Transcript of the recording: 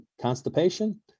constipation